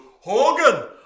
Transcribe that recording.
Hogan